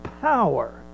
power